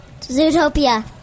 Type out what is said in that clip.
Zootopia